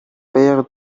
paid